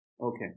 Okay